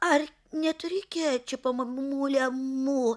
ar neturi kečupo mamule mū